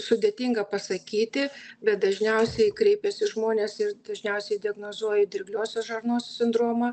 sudėtinga pasakyti bet dažniausiai kreipiasi žmonės ir dažniausiai diagnozuoju dirgliosios žarnos sindromą